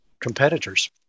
competitors